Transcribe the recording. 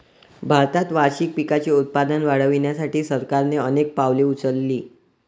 भारतात वार्षिक पिकांचे उत्पादन वाढवण्यासाठी सरकारने अनेक पावले उचलली